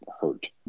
hurt